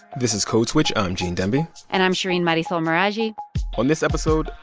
this is code switch. i'm gene demby and i'm shereen marisol meraji on this episode,